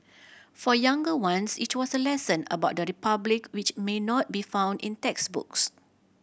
for younger ones it was a lesson about the Republic which may not be found in textbooks